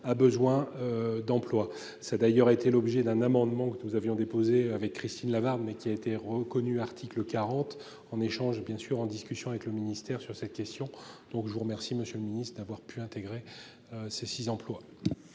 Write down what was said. besoin d'emplois. C'est d'ailleurs été l'objet d'un amendement que nous avions déposé avec Christine Lavarde mais qui a été reconnu, article 40, en échange bien sûr en discussion avec le ministère sur cette question, donc je vous remercie monsieur le ministre d'avoir pu intégrer. Ces 6 emplois.